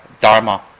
dharma